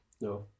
No